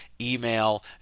email